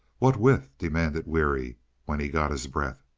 what with? demanded weary when he got his breath.